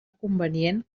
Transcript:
convenient